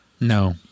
No